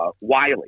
Wiley